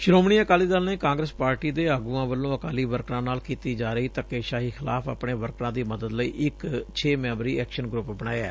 ਸ਼ੋਮਣੀ ਅਕਾਲੀ ਦਲ ਨੇ ਕਾਂਗਰਸ ਪਾਰਟੀ ਦੇ ਆਗੁਆਂ ਵੱਲੋ ਅਕਾਲੀ ਵਰਕਰਾਂ ਨਾਲ ਕੀਤੀ ਜਾ ਰਹੀ ਕਬਿਤ ਧੱਕੇਸ਼ਾਹੀ ਖ਼ਿਲਾਫ ਆਪਣੇ ਵਰਕਰਾਂ ਦੀ ਮੱਦਦ ਲਈ ਇੱਕ ਛੇ ਮੈੱਬਰੀ ਐਕਸ਼ਨ ਗਰੁੱਪ ਬਣਾਇਐ